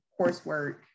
coursework